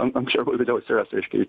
an anksčiau vėliau atsiras reiškia jis